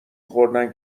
خوردن